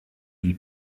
lui